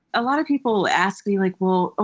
a lot of people ask me, like, well, ah